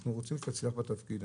אנחנו רוצים שתצליח בתפקיד.